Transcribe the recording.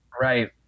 Right